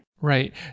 Right